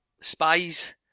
spies